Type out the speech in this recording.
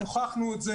והוכחנו את זה